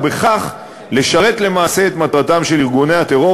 ובכך לשרת למעשה את מטרתם של ארגוני הטרור,